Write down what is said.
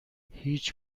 هیچ